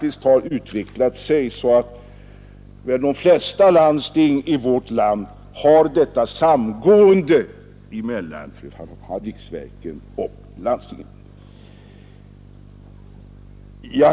I de flesta fall förekommer ett samgående mellan fabriksverken och landstingen.